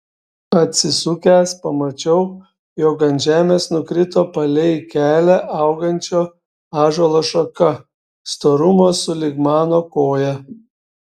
atsisukęs pamačiau jog ant žemės nukrito palei kelią augančio ąžuolo šaka storumo sulig mano koja